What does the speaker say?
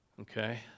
Okay